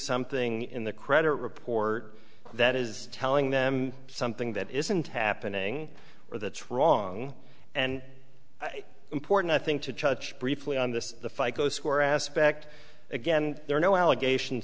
something in the credit report that is telling them something that isn't happening or that's wrong and important i think to touch briefly on this fight those who are aspect again there are no allegations